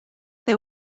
they